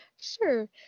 Sure